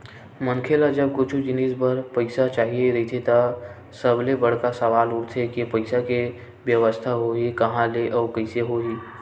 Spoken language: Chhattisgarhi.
मनखे ल जब कुछु जिनिस बर पइसा चाही रहिथे त सबले बड़का सवाल उठथे के पइसा के बेवस्था होही काँहा ले अउ कइसे होही